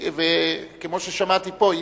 כמו ששמעתי פה,